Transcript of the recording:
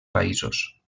països